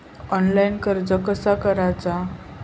Online कर्ज कसा करायचा?